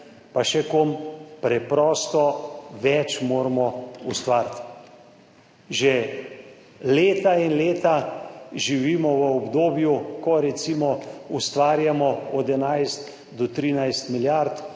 pa še kom, preprosto več moramo ustvariti. Že leta in leta živimo v obdobju, ko recimo ustvarjamo od 11 do 13 milijard,